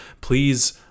Please